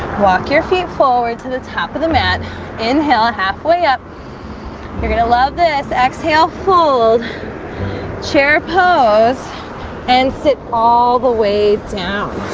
walk your feet forward to the top of the mat inhale halfway up you're gonna love this exhale fold chair pose and sit all the way down